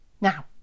Now